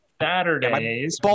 Saturdays